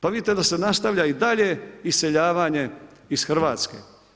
Pa vidite da se nastavlja i dalje iseljavanje iz Hrvatske.